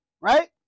right